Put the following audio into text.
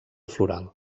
floral